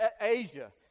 Asia